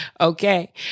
Okay